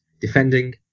defending